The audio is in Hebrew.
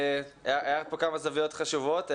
הארת פה כמה זוויות חשובות.